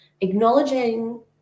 Acknowledging